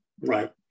right